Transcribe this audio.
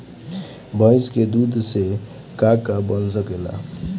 भइस के दूध से का का बन सकेला?